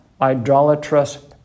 idolatrous